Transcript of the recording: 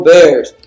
Bears